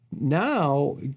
now